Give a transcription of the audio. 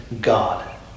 God